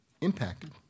impacted